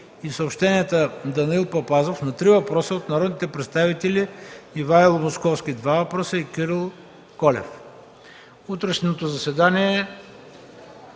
и съобщенията Данаил Папазов – на три въпроса от народните представители Ивайло Московски – два въпроса, и Кирил Колев. Утрешното заседание